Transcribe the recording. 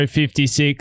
56